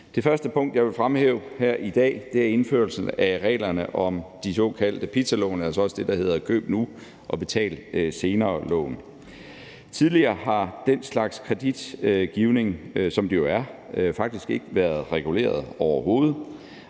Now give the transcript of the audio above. Det første punkt, jeg vil fremhæve her i dag, er indførelsen af reglerne om de såkaldte pizzalån, altså det, der også hedder køb nu, betal senere-lån. Tidligere har den slags kreditgivning, som det jo er, faktisk ikke været reguleret overhovedet,